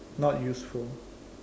not useful